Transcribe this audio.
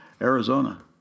Arizona